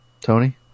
Tony